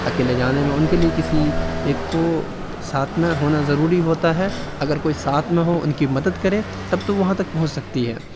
اکیلے جانے میں اُن کے لیے کسی ایک کو ساتھ نا ہونا ضروری ہوتا ہے اگر کوئی ساتھ نہ ہو اُن کی مدد کرے تب تو وہاں تک پہنچ سکتی ہے